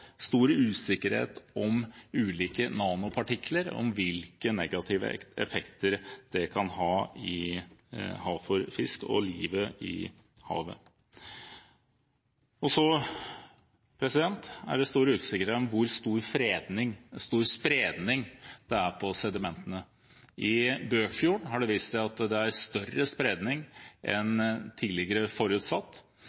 stor usikkerhet om ulike nanopartikler – om hvilke negative effekter de kan ha for fisk og livet i havet. Så er det stor usikkerhet om hvor stor spredning det er på sedimentene. I Bøkfjorden har det vist seg at det er større spredning enn